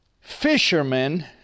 fishermen